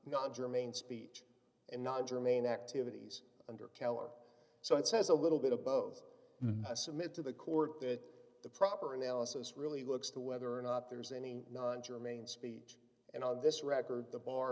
not germane speech and not germane activities under keller so it says a little bit of both i submit to the court that the proper analysis really looks to whether or not there's any non germane speech and on this record the bar